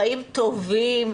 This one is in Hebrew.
חיים טובים,